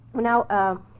Now